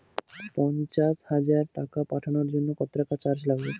পণ্চাশ হাজার টাকা পাঠানোর জন্য কত টাকা চার্জ লাগবে?